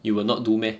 you will not do meh